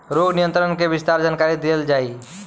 रोग नियंत्रण के विस्तार जानकरी देल जाई?